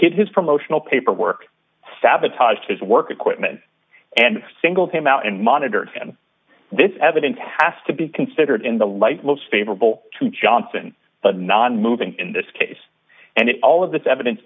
hid his promotional paperwork sabotaged his work equipment and singled him out and monitored and this evidence has to be considered in the light most favorable to johnson but nonmoving in this case and it all of this evidence